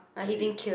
then he